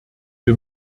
wir